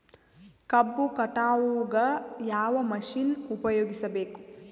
ಕಬ್ಬು ಕಟಾವಗ ಯಾವ ಮಷಿನ್ ಉಪಯೋಗಿಸಬೇಕು?